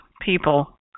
people